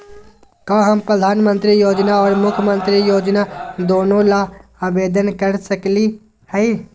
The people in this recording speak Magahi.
का हम प्रधानमंत्री योजना और मुख्यमंत्री योजना दोनों ला आवेदन कर सकली हई?